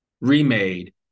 remade